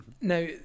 Now